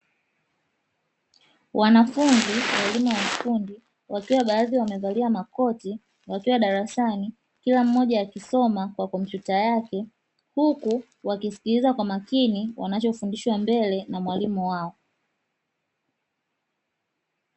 Wanafunzi wa elimu ya juu wakiwa baadhi wamevalia makoti, wakiwa darasani, kila mmoja akisoma kwa kompyuta yake, huku wakisikiliza kwa makini wanachofundishwa mbele na mwalimu wao.